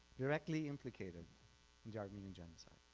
directly implicated and yeah armenian genocide.